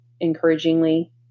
encouragingly